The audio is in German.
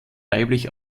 weiblich